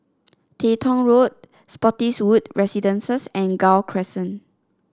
Teng Tong Road Spottiswoode Residences and Gul Crescent